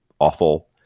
awful